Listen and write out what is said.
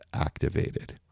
activated